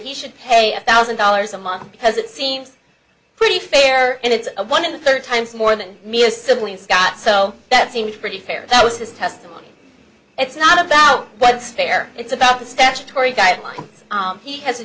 he should pay a thousand dollars a month because it seems pretty fair and it's one hundred thirty times more than me a sibling scott so that seems pretty fair that was his testimony it's not about what's fair it's about the statutory guideline he has a